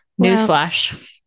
Newsflash